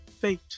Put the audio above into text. Fate